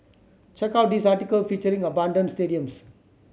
check out this article featuring abandoned stadiums